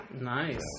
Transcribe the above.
Nice